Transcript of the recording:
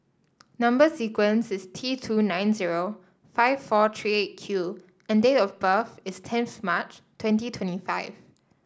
number sequence is T two nine zero five four three Eight Q and date of birth is tenth March twenty twenty five